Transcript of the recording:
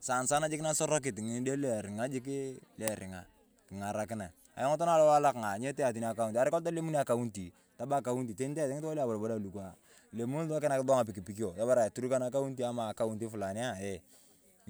Saana saanaa nasorokit, ng’ide lu eting'a jikii lu eting'a king’arakinae. Ayong tokona alowae alo kang’aa nyetee teni akaunti, arai kolong telemuni akaunti tamaa akaunti teni eesi ng'itung'a lua abodaboda aah kilemun sua kinaak sua ng’apikpikio, taramae turkana kaunti kamaa akaunti fulania eeh